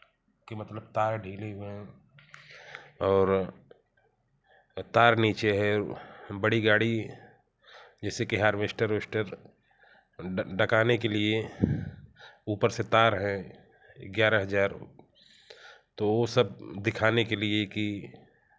की मतलब तार ढीली हैं और तार नीचे है बड़ी गाड़ी जैसे कि हारवेस्टर वेस्टर डकाने के लिए ऊपर से तार है ग्यारह हज़ार तो वह सब दिखाने के लिए कि